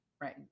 Right